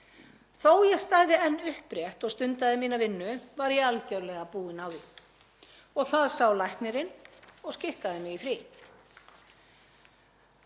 að ég stæði enn upprétt og stundaði mína vinnu var ég algerlega búin á því og það sá læknirinn og skikkaði mig í frí.